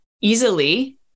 easily